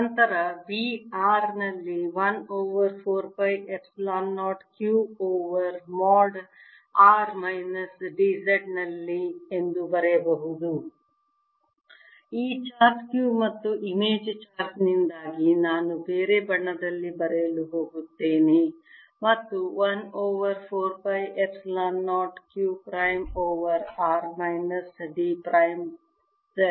ನಂತರ V r ನಲ್ಲಿ 1 over 4 pi epsilon 0 q over mod r minus d Z ನಲ್ಲಿ ಎಂದು ಬರೆಯಬಹುದು ಈ ಚಾರ್ಜ್ q ಮತ್ತು ಇಮೇಜ್ ಚಾರ್ಜ್ನಿಂದಾಗಿ ನಾನು ಬೇರೆ ಬಣ್ಣದಲ್ಲಿ ಬರೆಯಲು ಹೋಗುತ್ತೇನೆ ಮತ್ತು 1 over 4 pi epsilon 0 q prime over r minus d prime Z